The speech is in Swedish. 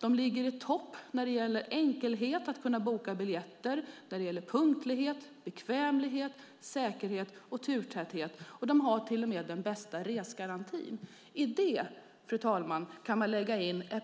De ligger i topp när det gäller hur enkelt det är att boka biljetter och när det gäller punktlighet, bekvämlighet, säkerhet och turtäthet. De har till och med den bästa resegarantin. Om